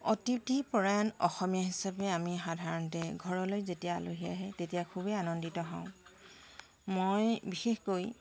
অতিথি পৰায়ণ অসমীয়া হিচাপে আমি সাধাৰণতে ঘৰলৈ যেতিয়া আলহী আহে তেতিয়া খুবেই আনন্দিত হওঁ মই বিশেষকৈ